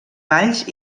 balls